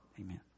Amen